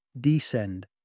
descend